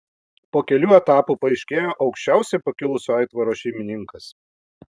po kelių etapų paaiškėjo aukščiausiai pakilusio aitvaro šeimininkas